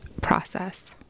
process